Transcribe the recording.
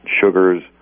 sugars